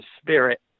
spirit